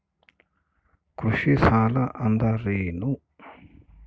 ಕೃಷಿ ಸಾಲ ಅಂದರೇನು?